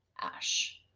Ash